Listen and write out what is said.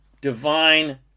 divine